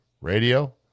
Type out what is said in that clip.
Radio